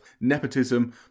nepotism